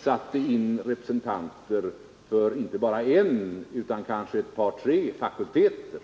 satte in representanter för inte bara en utan kanske ett par tre fakulteter.